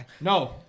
No